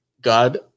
God